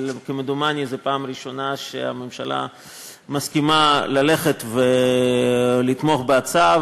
אבל כמדומני זו הפעם הראשונה שהממשלה מסכימה לתמוך בהצעה,